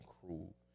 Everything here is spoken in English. cruel